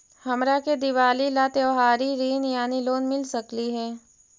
हमरा के दिवाली ला त्योहारी ऋण यानी लोन मिल सकली हे?